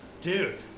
Dude